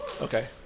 Okay